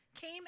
came